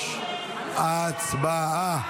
2023. הצבעה.